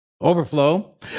overflow